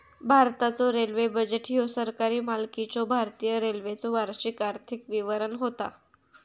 भारताचो railway budget ह्यो सरकारी मालकीच्यो भारतीय रेल्वेचो वार्षिक आर्थिक विवरण होता